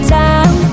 time